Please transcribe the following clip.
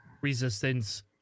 resistance